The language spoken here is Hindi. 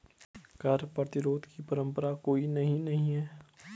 कर प्रतिरोध की परंपरा कोई नई नहीं है